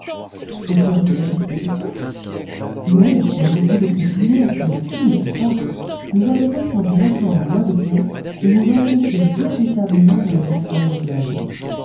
au terme de notre expédition non mais au bout de cette mer qui n'en finissait pas nous allons reprendre maintenant la voie de terre et nous enfoncer véritablement dans les entrailles du globe